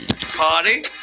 party